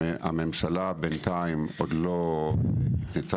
הממשלה בינתיים עוד לא קיצצה,